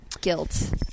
guilt